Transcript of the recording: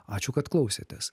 ačiū kad klausėtės